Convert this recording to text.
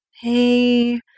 hey